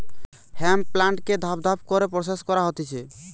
hemp প্লান্টকে ধাপ ধাপ করে প্রসেস করা হতিছে